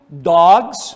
dogs